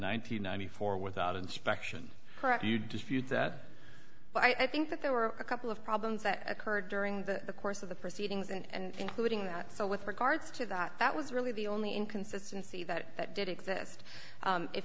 and ninety four without inspection you dispute that but i think that there were a couple of problems that occurred during the course of the proceedings and including that so with regards to that that was really the only inconsistency that that did exist